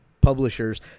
publishers